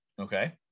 Okay